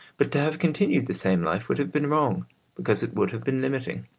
but to have continued the same life would have been wrong because it would have been limiting.